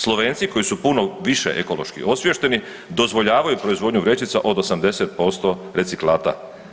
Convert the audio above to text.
Slovenci koji su puno više ekološki osviješteni dozvoljavaju proizvodnju vrećica od 80% reciklata.